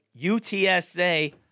UTSA